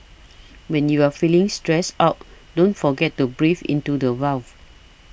when you are feeling stressed out don't forget to breathe into the void